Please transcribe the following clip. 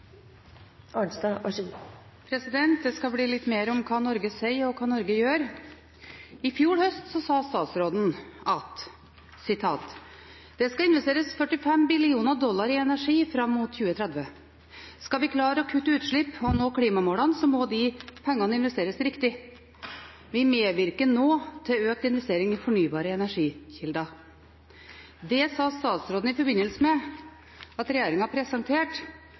Det skal bli litt mer om hva Norge sier, og hva Norge gjør. I fjor høst sa statsråden: «Det skal investeres 45 billioner dollar i energi fram mot 2030. Skal vi klare å kutte utslipp og nå klimamålene, så må disse pengene investeres riktig. Vi medvirker nå til økt investering i fornybare energikilder.» Det sa statsråden i forbindelse med at regjeringen presenterte